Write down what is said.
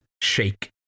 shake